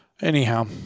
anyhow